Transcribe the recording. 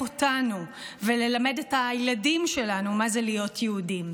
אותנו וללמד את הילדים שלנו מה זה להיות יהודים.